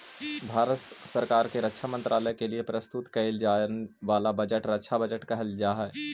भारत सरकार के रक्षा मंत्रालय के लिए प्रस्तुत कईल जाए वाला बजट रक्षा बजट कहल जा हई